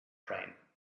train